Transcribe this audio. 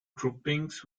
groupings